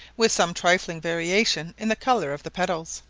with some trifling variation in the colour of the petals.